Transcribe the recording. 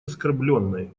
оскорблённой